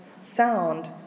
sound